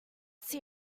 see